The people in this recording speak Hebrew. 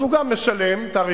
אז הוא גם משלם תעריפים,